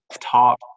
top